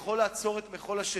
יכול לעצור את מחול השדים.